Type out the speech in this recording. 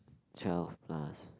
twelve plus